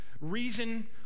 reason